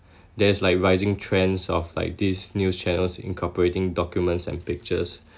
there's like rising trends of like this news channels incorporating documents and pictures